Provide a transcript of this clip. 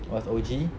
what's O_G